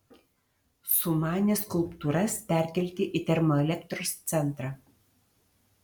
sumanė skulptūras perkelti į termoelektros centrą